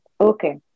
okay